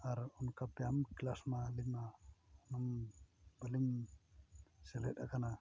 ᱟᱨ ᱚᱱᱠᱟ ᱵᱮᱭᱟᱢ ᱠᱮᱞᱟᱥ ᱢᱟ ᱟᱹᱞᱤᱧᱢᱟ ᱚᱱᱟ ᱵᱟᱹᱞᱤᱧ ᱥᱮᱞᱮᱫ ᱠᱟᱱᱟ